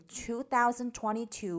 2022